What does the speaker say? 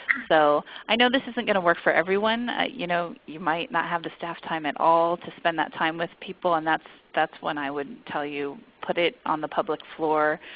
so i know this isn't going to work for everyone. you know you might not have the staff time at all to spend that time with people. and that's that's when i would tell you, put it on the public floor.